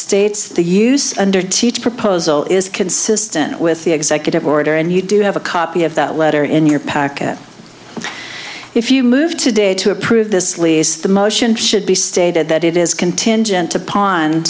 states the use under teach proposal is consistent with the executive order and you do have a copy of that letter in your pocket if you move today to approve this lease the motion should be stated that it is contingent upon